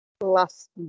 Last